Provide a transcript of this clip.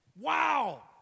Wow